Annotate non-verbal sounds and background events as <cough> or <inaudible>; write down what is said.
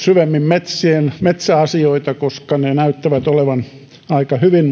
<unintelligible> syvemmin metsäasioita koska ne näyttävät olevan aika hyvin <unintelligible>